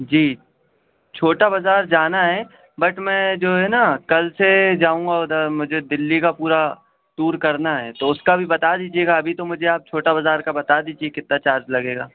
جی چھوٹا بازار جانا ہے بٹ میں جو ہے نا کل سے جاؤں گا ادھر مجھے دہلی کا پورا ٹور کرنا ہے تو اس کا بھی بتا دیجیے گا ابھی تو مجھے آپ چھوٹا بازار کا بتا دیجیے کتنا چارج لگے گا